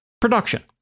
production